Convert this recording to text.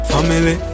Family